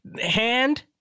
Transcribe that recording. hand